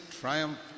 triumph